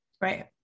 right